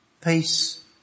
Peace